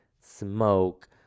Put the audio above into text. smoke